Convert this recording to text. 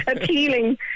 appealing